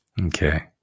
Okay